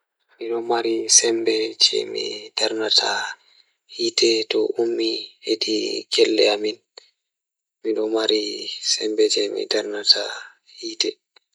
Mi mari sembe cede So tawii miɗo waɗa jaɓde kala ngal ɗiɗi, mi waɗataa jaɓde heɓde toɓɓere njiyngirde ndiyam. Ko ndee, ndiyam o waɗataa njiddaade nguurndam ngal rewɓe ngal nde o waawataa waɗude ɓandu-ɓandu ngam waɗude fiyaangu e ngal leydi. Miɗo waawataa waɗude ndiyam ngam waɗude njam ngal leñol ngal ngoni njiddaare ngal yimɓe.